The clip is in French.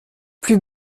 plus